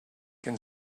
can